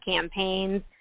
campaigns